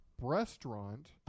restaurant